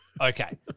Okay